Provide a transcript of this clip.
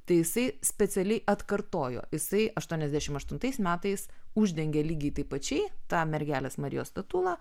tai jisai specialiai atkartojo jisai aštuoniasdešimt aštuntais metais uždengė lygiai taip pačiai tą mergelės marijos statulą